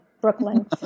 Brooklyn